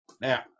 Now